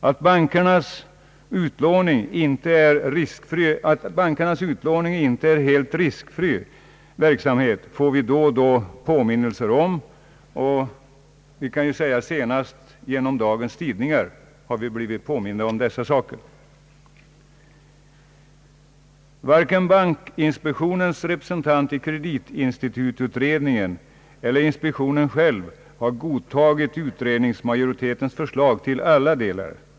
Att bankernas utlåning inte är en helt riskfri verksamhet får vi då och då påminnelser om, senast genom dagens tidningar. Varken bankinspektionens representanter i kreditinstitututredningen eller inspektionen själv har godtagit utredningsmajoritetens förslag i alla delar.